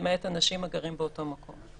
למעט אנשים שגרים באותו מקום.